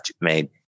made